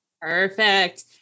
Perfect